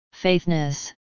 faithness